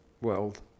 world